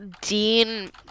Dean